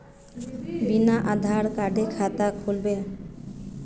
बिना आधार कार्डेर खाता खुल बे?